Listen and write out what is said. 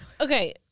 Okay